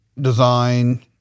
design